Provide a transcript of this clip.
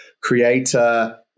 creator